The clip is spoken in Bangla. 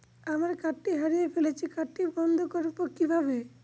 আমার কার্ডটি হারিয়ে ফেলেছি কার্ডটি বন্ধ করব কিভাবে?